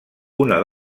una